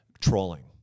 trolling